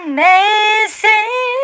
amazing